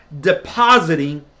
depositing